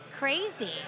Crazy